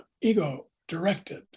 ego-directed